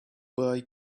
boy